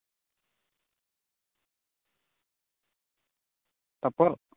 ᱛᱟᱨᱯᱚᱨ